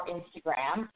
Instagram